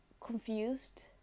confused